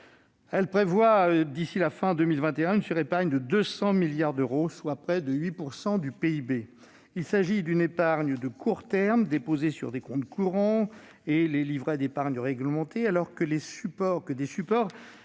la constitution d'une surépargne de 200 milliards d'euros, soit près de 8 % du PIB. Il s'agit d'une épargne de court terme, déposée sur des comptes courants et les livrets d'épargne réglementée, alors que des supports